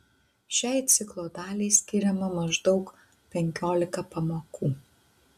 šiai ciklo daliai skiriama maždaug penkiolika pamokų